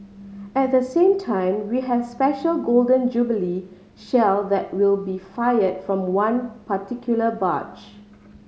at the same time we has special Golden Jubilee Shell that will be fired from one particular barge